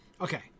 Okay